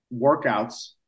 workouts